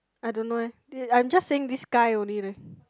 I don't know eh I'm just saying this guy only leh